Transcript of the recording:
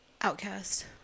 Outcast